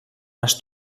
les